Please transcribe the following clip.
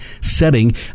setting